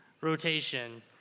rotation